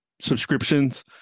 subscriptions